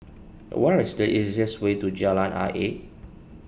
what is the easiest way to Jalan Ayer